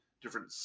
different